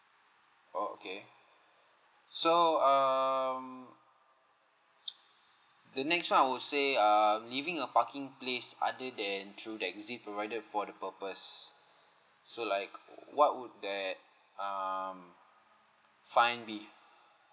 oh okay so um the next one I would say um leaving a parking place other than through the exit provided for the purpose so like what would that um fine be